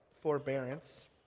Forbearance